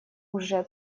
уже